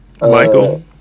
Michael